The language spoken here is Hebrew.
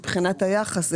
מבחינת היחס.